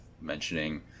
mentioning